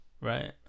Right